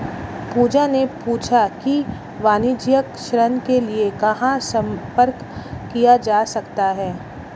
पूजा ने पूछा कि वाणिज्यिक ऋण के लिए कहाँ संपर्क किया जा सकता है?